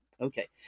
Okay